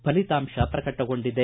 ಫಲಿತಾಂಶ ಪ್ರಕಟಗೊಂಡಿದೆ